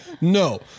No